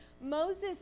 Moses